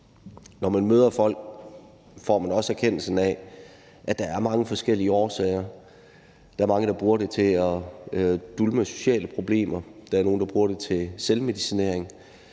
Når man møder folk, får man som sagt en erkendelse af, at der er mange forskellige årsager. Der er mange, der bruger det til at dulme sociale problemer, og der er nogle, der bruger det til selvmedicinering,